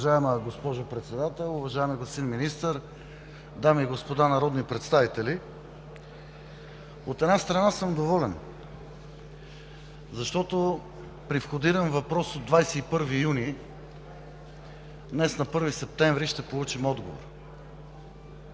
Уважаема госпожо Председател, уважаеми господин Министър, дами и господа народни представители! От една страна съм доволен, защото при входиран въпрос от 21 юни 2017 г. днес, на 1 септември, ще получим отговор.